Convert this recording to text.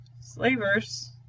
slavers